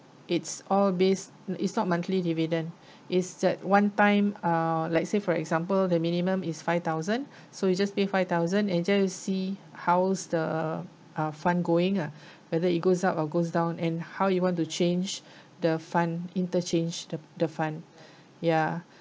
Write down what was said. it's all base it's not monthly dividend it's that one time uh let's say for example the minimum is five thousand so you just pay five thousand until you see how's the uh fund going ah whether it goes up or goes down and how you want to change the fund interchange the the fund ya